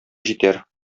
җитәр